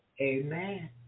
Amen